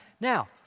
Now